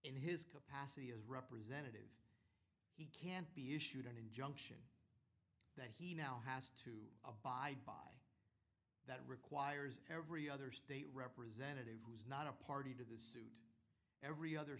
in his capacity as representative he can't be issued an injunction that he now has to abide by that requires every other state representative who is not a party to this every other